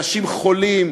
אנשים חולים,